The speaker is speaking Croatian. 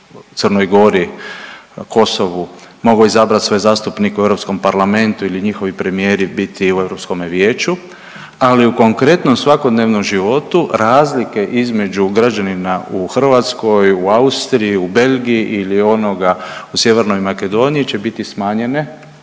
Crnoj Gori, Kosovu, mogao izabrati svoje zastupnike u EU parlamentu ili njihovih premijeri biti u Europskome vijeću, ali u konkretnom svakodnevnom životu razlike između građanina u Hrvatskoj, u Austriji, u Belgiji ili onoga u Sjevernoj Makedoniji će biti smanjene